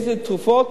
איזה תרופות.